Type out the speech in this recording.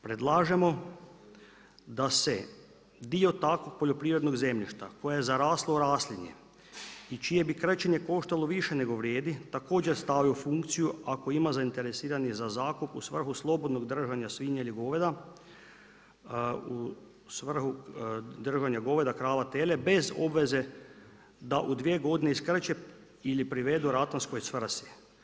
Predlažemo da se dio takvog poljoprivrednog zemljišta koje je zaraslo raslinjem i čije bi krčenje koštalo više nego vrijedi također stavi u funkciju ako ima zainteresiranih za zakup u svrhu slobodnog držanja svinje ili goveda u svrhu držanja goveda, krava, tele bez obveze da u dvije godine iskrče ili privedu ratarskoj svrsi.